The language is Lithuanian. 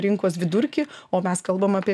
rinkos vidurkį o mes kalbam apie